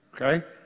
Okay